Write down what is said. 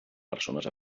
persones